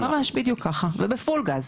בדיוק ככה ובפול גז.